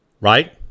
Right